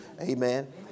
amen